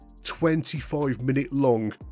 25-minute-long